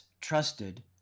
trusted